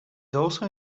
also